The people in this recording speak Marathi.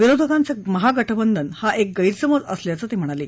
विरोधकांचं महागठबंधन हा एक गैरसमज असल्याचं ते म्हणाले